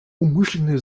умышленное